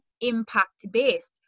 impact-based